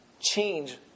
Change